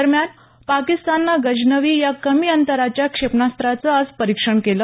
दरम्यान पाकिस्ताननं गजनवी या कमी अंतराच्या क्षेपणास्त्राचं आज परीक्षण केलं